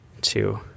two